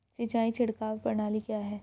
सिंचाई छिड़काव प्रणाली क्या है?